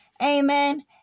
Amen